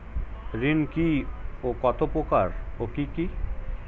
ঋণ কি ও কত প্রকার ও কি কি?